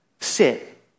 sit